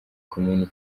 komini